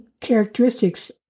characteristics